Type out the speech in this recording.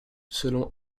selon